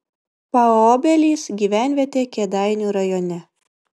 paobelys gyvenvietė kėdainių rajone